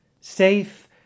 safe